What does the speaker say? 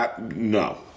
No